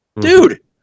Dude